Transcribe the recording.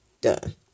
done